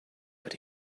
but